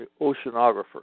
oceanographers